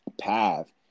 path